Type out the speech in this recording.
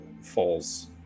falls